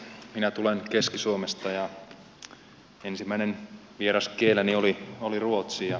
minä tulen keski suomesta ja ensimmäinen vieras kieleni oli ruotsi